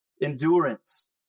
Endurance